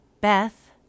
Beth